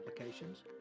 applications